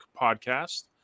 podcast